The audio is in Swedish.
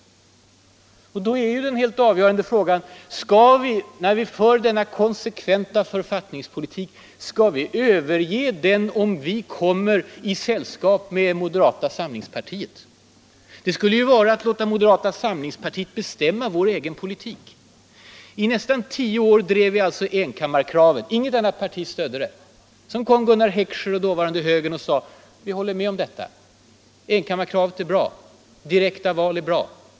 Då är ju det avgörande: Skall vi överge denna konsekventa för 161 fattningspolitik om vi kommer i sällskap med moderata samlingspartiet? Det skulle ju vara att låta moderata samlingspartiet bestämma vår egen politik. I nästan tio år drev vi enkammarkravet. Inget annat parti stödde oss. Så kom Gunnar Heckscher och dåvarande högern och sade: Vi häller med om detta. Enkammarkravet är bra. Direkta val är bra.